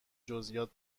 جزییات